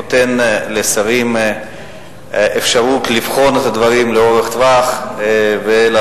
נותן לשרים אפשרות לבחון את הדברים לאורך טווח ולעשות